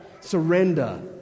Surrender